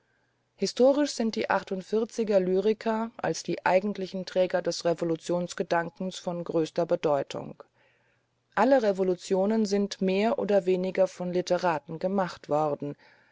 historisch sind die achtundvierziger lyriker als die träger des revolutionsgedankens von größter bedeutung alle revolutionen sind mehr oder weniger von literaten gemacht worden